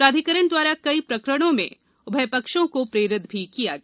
प्राधिकरण द्वारा कई प्रकरणों में उभयपक्षों को प्रेरित भी किया गया